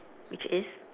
which is